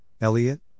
Elliot